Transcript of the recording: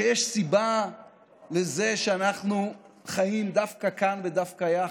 שיש סיבה לזה שאנחנו חיים דווקא כאן ודווקא יחד.